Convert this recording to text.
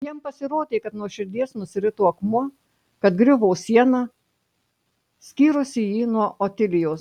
jam pasirodė kad nuo širdies nusirito akmuo kad griuvo siena skyrusi jį nuo otilijos